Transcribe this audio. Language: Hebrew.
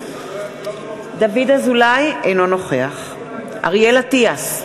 אינו נוכח אריאל אטיאס,